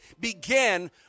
began